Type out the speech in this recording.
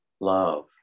love